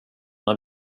när